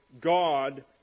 God